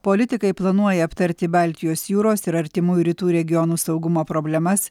politikai planuoja aptarti baltijos jūros ir artimųjų rytų regiono saugumo problemas